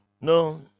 no